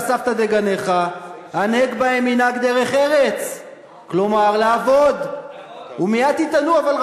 ואם הרב אבינר הוא לא